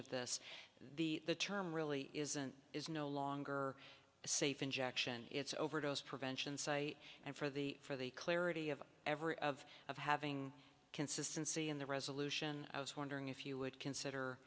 of this the term really isn't is no longer a safe injection it's overdose prevention site and for the for the clarity of every of of having consistency in the resolution i was wondering if you would consider